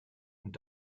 und